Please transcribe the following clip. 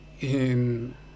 in